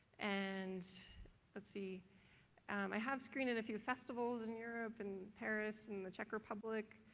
and let's see i have screened at a few festivals in europe and paris and the czech republic.